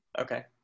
Okay